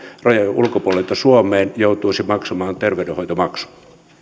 rajojen ulkopuolelta suomeen hän joutuisi maksamaan terveydenhoitomaksun